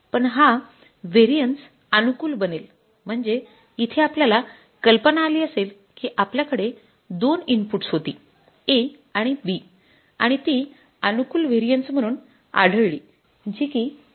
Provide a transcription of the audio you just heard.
पण हा व्हेरिएन्सअनुकूल बनेल म्हणजे इथे आपल्याला कल्पना आली असेल कि आपल्या कडे २ इनपुट्स होती A आणि B आणि ती अनुकूल व्हेरिएन्स म्हणून आढळली जी कि मटेरियल कॉस्ट व्हेरिएन्स होती